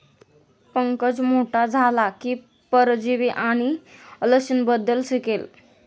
पंकज मोठा झाला की परजीवी आणि लसींबद्दल शिकेल